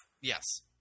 Yes